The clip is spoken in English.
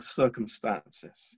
circumstances